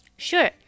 Sure